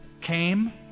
came